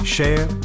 Share